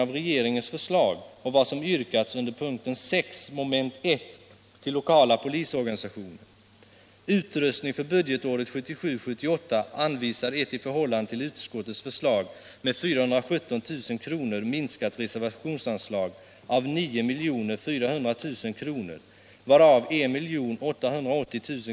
Vårt yrkande blir således, herr talman, följande: